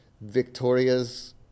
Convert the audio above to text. Victoria's